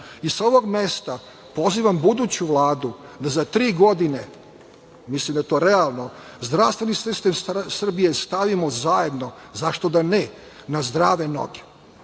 ovog mesta, pozivam buduću Vladu da za tri godine, mislim da je to realno, zdravstveni sistem Srbije stavimo zajedno, zašto da ne, na zdrave noge